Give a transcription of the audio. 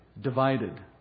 divided